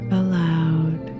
aloud